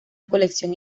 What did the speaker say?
colección